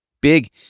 big